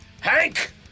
Hank